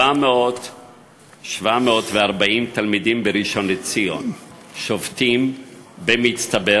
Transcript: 740 תלמידים בראשון-לציון שובתים במצטבר,